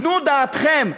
תנו דעתכם,